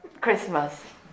Christmas